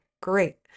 Great